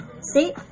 See